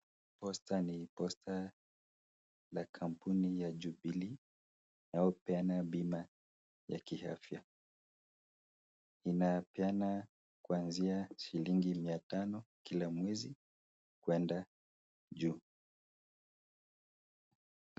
posta la kampuni ya Jubilee inayopeana bima ya kiafya, inayopeana kuanzia shilingi mia tano kila mwezi kuenda juu.